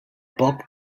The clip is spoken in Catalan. poc